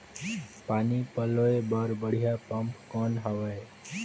पानी पलोय बर बढ़िया पम्प कौन हवय?